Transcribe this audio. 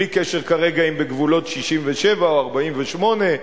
בלי קשר כרגע אם בגבולות 67' או 48',